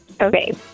Okay